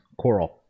coral